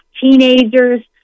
teenagers